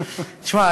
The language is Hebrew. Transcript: שמע,